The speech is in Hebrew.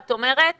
את אומרת